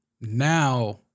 now